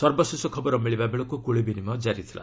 ସର୍ବଶେଷ ଖବର ମିଳିବା ବେଳକୁ ଗୁଳି ବିନିମୟ କାରି ଥିଲା